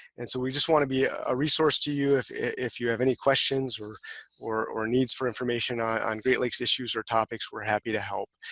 and so we just want to be a resource to you if if you have any questions or or needs for information on on great lakes issues or topics, we're happy to help.